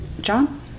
John